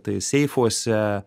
tai seifuose